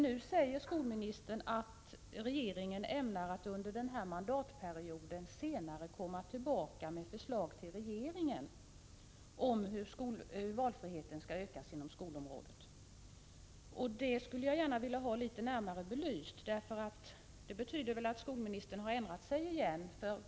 Nu säger skolministern att regeringen ämnar att under den här mandatperioden senare återkomma med förslag till riksdagen om hur valfriheten skall kunna ökas inom skolområdet. Det skulle jag gärna vilja få närmare belyst, eftersom det betyder att skolministern har ändrat sig igen.